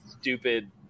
stupid